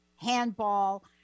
handball